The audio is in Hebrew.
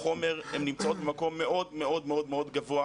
הן נמצאות במקום מאוד מאוד גבוה,